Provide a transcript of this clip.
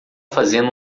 fazendo